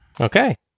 Okay